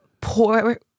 poor